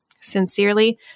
Sincerely